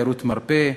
תיירות מרפא,